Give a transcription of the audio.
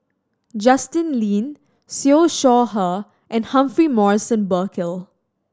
Justin Lean Siew Shaw Her and Humphrey Morrison Burkill